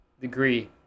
degree